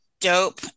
dope